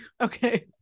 Okay